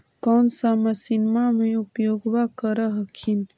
कौन सा मसिन्मा मे उपयोग्बा कर हखिन?